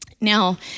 Now